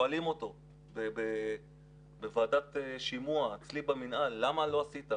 שואלים אותו בוועדת שימוע אצלי במינהל: למה לא עשית?